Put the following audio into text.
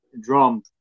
drum